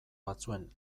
batzuen